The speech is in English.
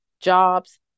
jobs